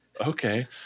okay